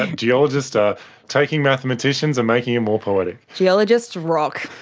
ah geologists are taking mathematicians and making it more poetic. geologists rock.